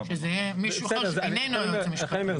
שזה יהיה מישהו אחר שהוא איננו היועץ המשפטי.